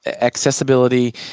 accessibility